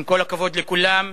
עם כל הכבוד לכולם,